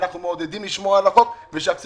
אנחנו מעודדים לשמור על החוק ושיפסיקו